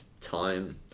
time